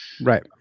Right